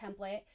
template